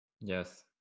yes